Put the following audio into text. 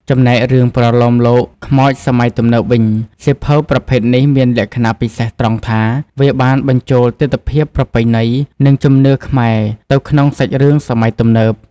ចំណែករឿងប្រលោមលោកខ្មោចសម័យទំនើបវិញ សៀវភៅប្រភេទនេះមានលក្ខណៈពិសេសត្រង់ថា វាបានបញ្ចូលទិដ្ឋភាពប្រពៃណី និងជំនឿខ្មែរទៅក្នុងសាច់រឿងសម័យទំនើប។